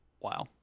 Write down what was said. Wow